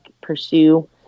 pursue